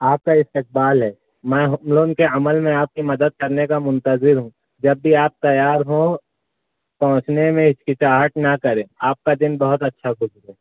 آپ کا استقبال ہے میں ہوم لون کے عمل میں آپ کی مدد کرنے کا منتظر ہوں جب بھی آپ تیار ہوں پہنچنے میں ہچکچاہٹ نہ کریں آپ کا دن بہت اچھا گذرے